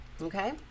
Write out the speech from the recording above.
okay